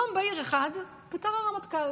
יום בהיר אחד פוטר הרמטכ"ל